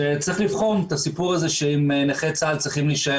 שצריך לבחון אם נכי צה"ל צריכים להישאר